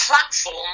platform